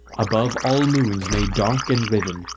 above all moons made dark and riven,